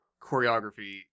choreography